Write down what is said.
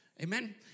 Amen